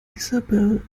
isabel